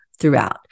throughout